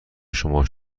شما